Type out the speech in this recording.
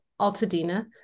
Altadena